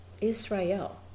Israel